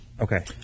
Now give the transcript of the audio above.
Okay